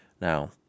Now